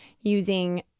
using